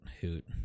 hoot